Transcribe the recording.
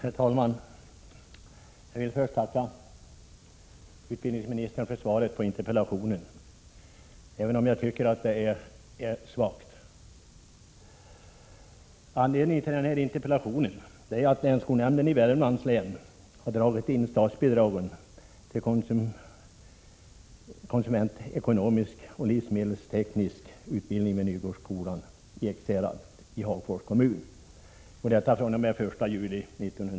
Herr talman! Jag vill först tacka utbildningsministern för svaret på interpellationen, även om jag tycker att det är svagt. Anledningen till att jag har ställt interpellationen är att länsskolnämnden i Värmlands län den 1 juli 1987 drar in statsbidragen till konsumentekonomisk och livsmedelsteknisk utbildning vid Nygårdsskolan i Ekshärad i Hagfors kommun.